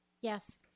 Yes